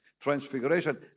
Transfiguration